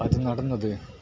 അത് നടന്നത്